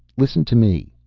listen to me!